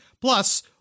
Plus